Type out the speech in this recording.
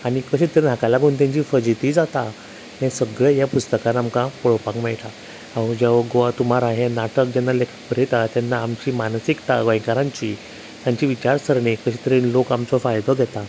आनी कशें तरेन हाका लागून तेंची फजेदी जाता हें सगळें ह्या पुस्तकान आमकां पळोवपाक मेळटा आओ जजाओ गोवा तुम्हारा हें नाटक जेन्ना लेखक बरयता आमची मानसीकता गोंयकारांची तांची विचारसरणी कशें तरेन लोक आमचो फायदो घेता